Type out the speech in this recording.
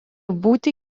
būti